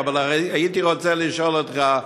אבל הייתי רוצה לשאול אותך: